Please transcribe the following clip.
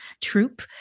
Troop